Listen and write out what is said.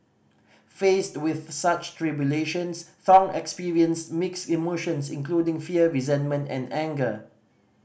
faced with such tribulations Thong experienced mixed emotions including fear resentment and anger